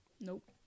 Nope